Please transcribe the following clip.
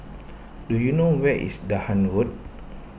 do you know where is Dahan Road